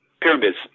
pyramids